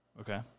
Okay